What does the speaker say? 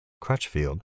Crutchfield